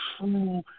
true